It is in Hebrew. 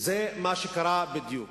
זה מה שקרה בדיוק.